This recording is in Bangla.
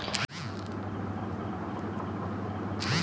যে একাউন্ট গুলাতে টাকা ভরা হয় তাকে ডিপোজিট একাউন্ট বলে